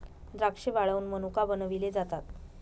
द्राक्षे वाळवुन मनुका बनविले जातात